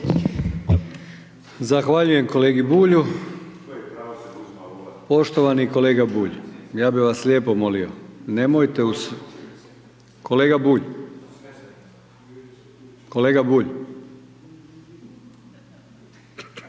Zahvaljujem kolegi Bulju. Poštovani kolega Bulj ja bih vas lijepo molio nemojte. Kolega Bulj, dakle